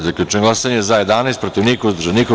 Zaključujem glasanje: za – 11, protiv – niko, uzdržanih – nema.